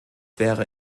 wäre